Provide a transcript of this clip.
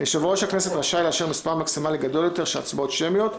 יושב-ראש הכנסת רשאי לאשר מספר מקסימלי גדול יותר של הצבעות שמיות,